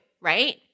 right